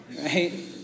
Right